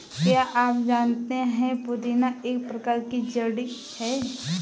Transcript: क्या आप जानते है पुदीना एक प्रकार की जड़ी है